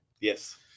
Yes